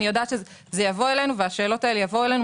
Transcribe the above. אני יודעת שהשאלות האלה יבואו אלינו,